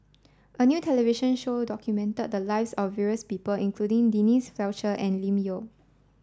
a new television show documented the lives of various people including Denise Fletcher and Lim Yau